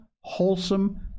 wholesome